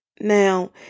Now